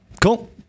cool